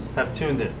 have tuned